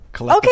Okay